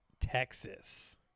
Texas